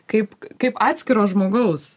kaip kaip atskiro žmogaus